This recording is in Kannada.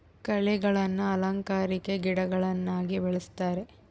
ಕಳೆಗಳನ್ನ ಅಲಂಕಾರಿಕ ಗಿಡಗಳನ್ನಾಗಿ ಬೆಳಿಸ್ತರೆ